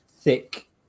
thick